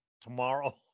tomorrow